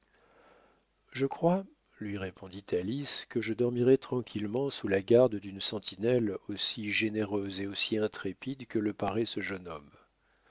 je crois lui répondit alice que je dormirais tranquillement sous la garde d'une sentinelle aussi généreuse et aussi intrépide que le paraît ce jeune homme